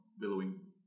billowing